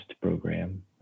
program